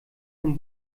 von